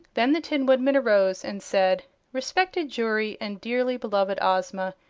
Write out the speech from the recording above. then the tin woodman arose and said respected jury and dearly beloved ozma,